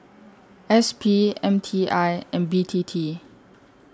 S P M T I and B T T